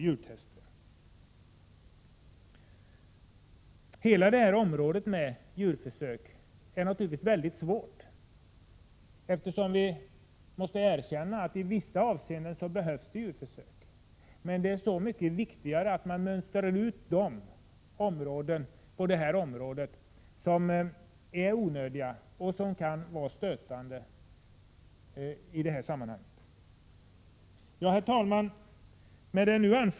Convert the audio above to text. Djurförsöksverksamheten är naturligtvis mycket svårbedömd, eftersom vi måste erkänna att djurförsök i vissa avseenden behövs. Men det är därför så mycket viktigare att man i detta sammanhang mönstrar ut de områden där djurförsök är onödiga och kan vara stötande. Herr talman!